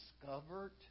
discovered